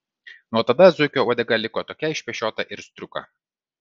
nuo tada zuikio uodega liko tokia išpešiota ir striuka